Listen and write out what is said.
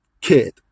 kid